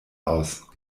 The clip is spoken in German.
aus